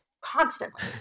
constantly